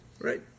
Right